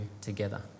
together